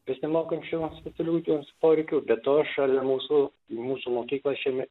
besimokančių specialiųjų poreikių be to šalia mūsų mūsų mokykla šiemet